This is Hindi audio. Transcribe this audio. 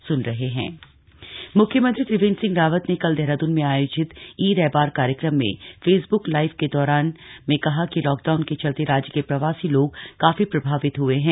सीएम ऑन कोरोना राहत मुख्यमंत्री त्रियेन्द्र सिंह रावत ने कल देहरादून में आयोजित ई रैबार कार्यक्रम में फेसबुक लाईव के दौरान में कहा कि लाकडाउन के चलते राज्य के प्रवासी लोग काफी प्रभावित हुए हैं